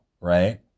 right